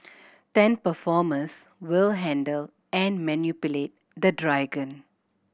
ten performers will handle and manipulate the dragon